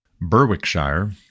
Berwickshire